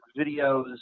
videos